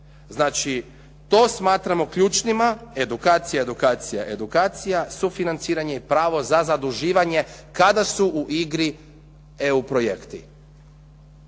Znači to smatramo ključnima, edukacija, edukacija, edukacija sufinanciranje i pravo za zaduživanje kada su u igri EU projekti.